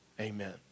Amen